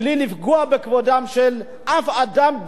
בלי לפגוע בכבודו של אף אדם,